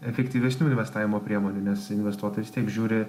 efektyvesnių investavimo priemonių nes investuotojas vis tiek žiūri